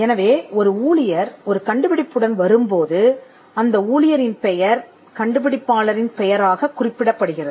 எனவே ஒரு ஊழியர் ஒரு கண்டுபிடிப்புடன் வரும்போது அந்த ஊழியரின் பெயர் கண்டுபிடிப்பாளரின் பெயராகக் குறிப்பிடப்படுகிறது